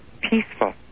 Peaceful